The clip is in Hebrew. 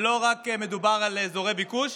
לא מדובר רק באזורי ביקוש,